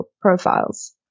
profiles